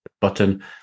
button